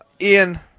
Ian